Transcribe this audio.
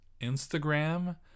Instagram